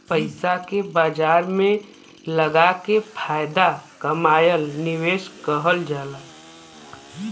पइसा के बाजार में लगाके फायदा कमाएल निवेश कहल जाला